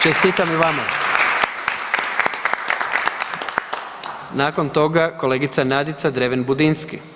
Čestitam i vama. Nakon toga kolegica Nadica Dreven Budinski.